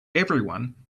everyone